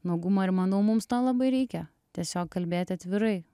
nuogumą ir manau mums to labai reikia tiesiog kalbėti atvirai